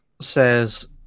says